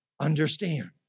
understand